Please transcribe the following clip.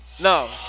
No